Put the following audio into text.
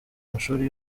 amashuri